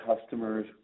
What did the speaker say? customers